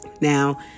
Now